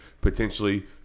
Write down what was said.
potentially